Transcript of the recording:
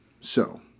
So-